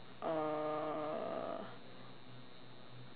uh